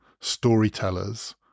storytellers